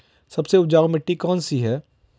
सबसे उपजाऊ मिट्टी कौन सी है?